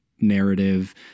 narrative